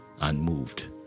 unmoved